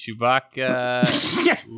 Chewbacca